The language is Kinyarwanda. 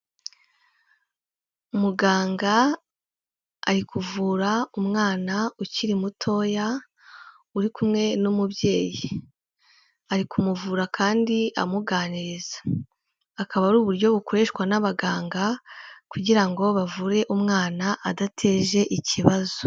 Muganga ari kuvura umwana ukiri mutoya uri kumwe n'umubyeyi, ari kumuvura kandi amuganiriza akaba ari uburyo bukoreshwa n'abaganga kugira ngo bavure umwana adateje ikibazo.